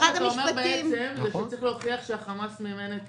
זה אומר בעצם שצריך להוכיח שהחמאס מימן את